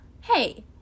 Hey